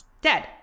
Dead